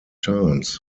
times